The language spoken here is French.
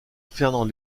fernand